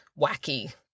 wacky